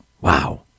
Wow